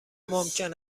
ممکن